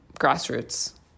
grassroots